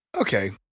Okay